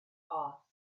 asked